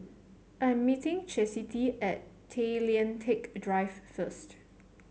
I am meeting Chasity at Tay Lian Teck Drive first